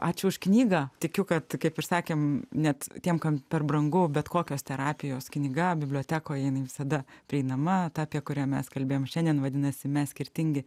ačiū už knygą tikiu kad kaip ir sakėm net tiem kam per brangu bet kokios terapijos knyga bibliotekoj jinai visada prieinama ta apie kurią mes kalbėjom šiandien vadinasi mes skirtingi